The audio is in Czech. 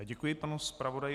Děkuji panu zpravodaji.